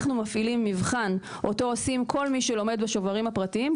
אנחנו מפעילים מבחן שאותו עושים כל מי שלומדים בשוברים הפרטיים,